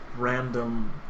random